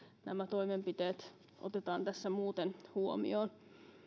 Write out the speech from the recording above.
nämä toimenpiteet otetaan tässä muuten huomioon